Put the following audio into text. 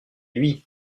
lui